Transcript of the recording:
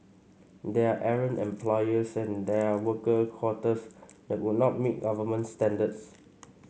there are errant employers and there are worker quarters that would not meet government standards